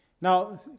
Now